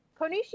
Konishi